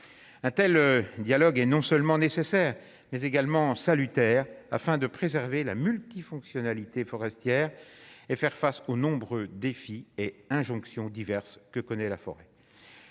a-t-elle dialogue est non seulement nécessaire mais également salutaire afin de préserver la multi-fonctionnalité forestière et faire face aux nombreux défis et injonctions diverses que connaît la forêt.